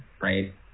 right